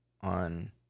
on